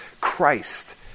Christ